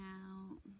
out